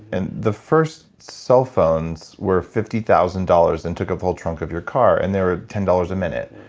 and the first cellphones were fifty thousand dollars and took a whole trunk of your car and they were ten dollars a minute.